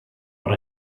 what